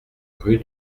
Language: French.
rue